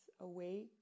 awake